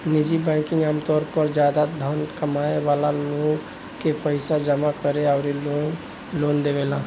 निजी बैंकिंग आमतौर पर ज्यादा धन कमाए वाला लोग के पईसा जामा करेला अउरी लोन देवेला